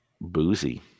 boozy